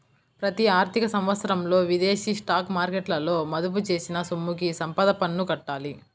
ప్రతి ఆర్థిక సంవత్సరంలో విదేశీ స్టాక్ మార్కెట్లలో మదుపు చేసిన సొమ్ముకి సంపద పన్ను కట్టాలి